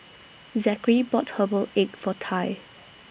Zackery bought Herbal Egg For Tai